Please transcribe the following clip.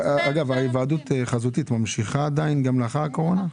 היוועדות חזותית ממשיכה עדיין גם לאחר הקורונה?